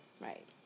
Right